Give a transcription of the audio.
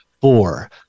four